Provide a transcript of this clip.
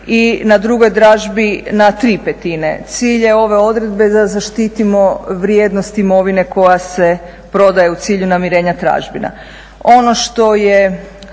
i na drugoj dražbi na 3/5. Cilj je ove odredbe da zaštitimo vrijednost imovine koja se prodaje u cilju namirenja tražbina. Ono što je